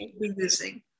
using